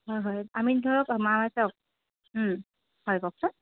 হয় হয় আমি ধৰক আমাৰ চাওক হয় কওকচোন